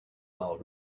while